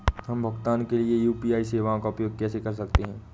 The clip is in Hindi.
हम भुगतान के लिए यू.पी.आई सेवाओं का उपयोग कैसे कर सकते हैं?